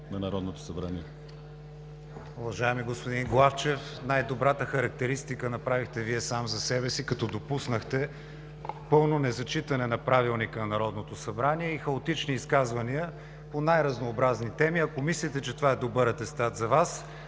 на Народното събрание.